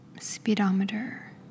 speedometer